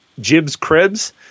jibscribs